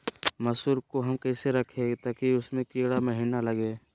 मसूर को हम कैसे रखे ताकि उसमे कीड़ा महिना लगे?